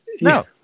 no